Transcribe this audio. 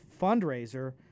fundraiser